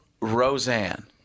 Roseanne